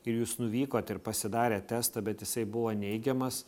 ir jūs nuvykot ir pasidarėt testą bet jisai buvo neigiamas